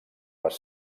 les